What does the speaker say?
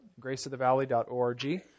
graceofthevalley.org